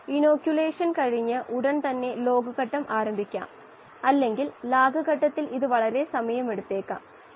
അതിനാൽ നമ്മൾ ഇവിടെ ഗാഢതയെ പറ്റി പറയുന്നു ഒരു തത്തുല്യ വാതക ഘട്ടത്തിന്റെ ഗാഢത കണക്കിലെടുക്കുമ്പോൾ